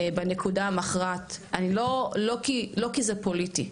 בנקודה המכרעת, לא כי זה פוליטי,